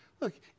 look